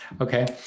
Okay